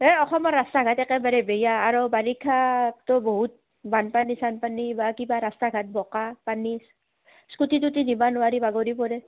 এই অসমৰ ৰাস্তা ঘাট একেবাৰে বেয়া আৰু বাৰিষাতো বহুত বানপানী চানপানী বা কিবা ৰাস্তা ঘাট বোকাপানী স্কুটি তুতি নিবা নোৱাৰি বাগৰি পৰে